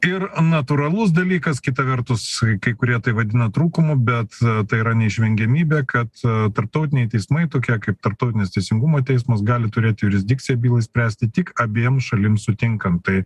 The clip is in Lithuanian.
ir natūralus dalykas kita vertus kai kurie tai vadina trūkumu bet tai yra neišvengiamybė kad tarptautiniai teismai tokie kaip tarptautinis teisingumo teismas gali turėti jurisdikciją bylai spręsti tik abiem šalim sutinkant tai